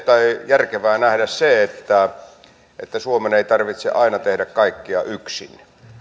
järkevää nähdä se että että suomen ei tarvitse aina tehdä kaikkea yksin